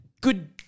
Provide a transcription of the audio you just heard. Good